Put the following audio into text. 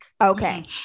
Okay